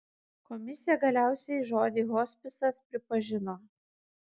komisija galiausiai žodį hospisas pripažino